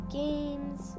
games